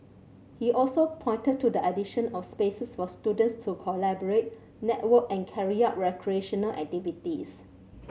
he also pointed to the addition of spaces for students to collaborate network and carry out recreational activities